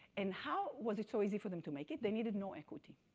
and how was it so easy for them to make it? they needed no equity,